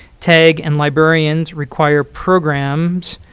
tag and librarians require programs,